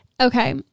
okay